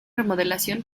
remodelación